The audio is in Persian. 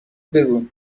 بگو